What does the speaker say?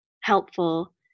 helpful